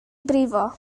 brifo